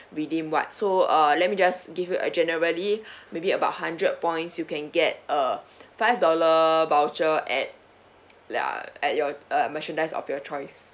redeem what so uh let me just give you a generally maybe about hundred points you can get a five dollar voucher at at your uh merchandise of your choice